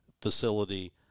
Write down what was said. facility –